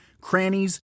crannies